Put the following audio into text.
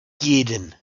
jeden